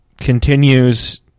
continues